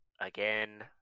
again